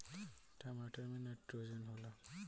टमाटर मे नाइट्रोजन होला?